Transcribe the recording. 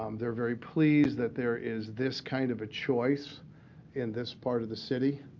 um they're very pleased that there is this kind of a choice in this part of the city.